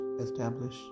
establish